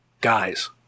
guys